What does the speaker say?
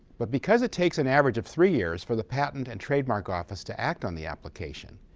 but because it takes an average of three years for the patent and trademark office to act on the application,